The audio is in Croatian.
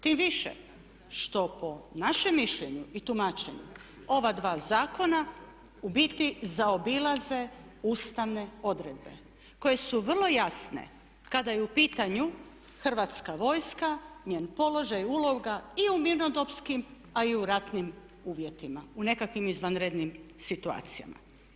Tim više što po našem mišljenju i tumačenju ova dva zakona u biti zaobilaze ustavne odredbe koje su vrlo jasne kada je u pitanju Hrvatska vojska, njen položaj, uloga i u mirnodopskim a i u ratnim uvjetima u nekakvim izvanrednim situacijama.